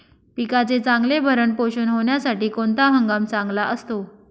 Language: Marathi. पिकाचे चांगले भरण पोषण होण्यासाठी कोणता हंगाम चांगला असतो?